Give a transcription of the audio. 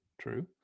True